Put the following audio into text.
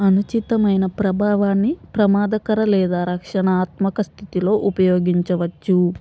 అనుచితమైన ప్రభావాన్ని ప్రమాదకర లేదా రక్షణాత్మక స్థితిలో ఉపయోగించవచ్చు